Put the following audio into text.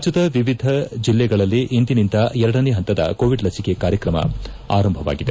ರಾಜ್ಟದ ವಿವಿಧ ಜಿಲ್ಲೆಗಳಲ್ಲಿ ಇಂದಿನಿಂದ ಎರಡನೇ ಹಂತದ ಕೋವಿಡ್ ಲಸಿಕೆ ಕಾರ್ಕಕಮ ಆರಂಭವಾಗಿದೆ